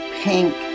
pink